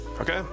Okay